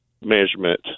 measurement